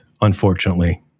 unfortunately